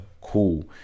cool